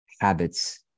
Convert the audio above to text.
habits